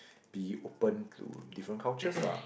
be open to different cultures lah